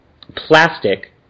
plastic